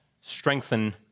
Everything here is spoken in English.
strengthen